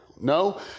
No